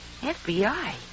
FBI